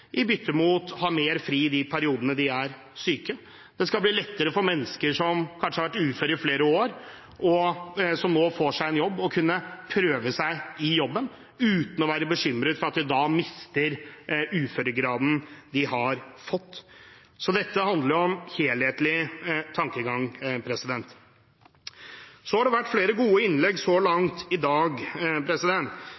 i bytte mot å ha mer fri i de periodene de er syke. Det skal bli lettere for mennesker som kanskje har vært uføre i flere år, som nå får seg en jobb, å kunne prøve seg i jobben uten å være bekymret for at de da mister uføregraden de har fått. Dette handler om helhetlig tankegang. Det har vært flere gode innlegg så langt i dag.